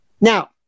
Now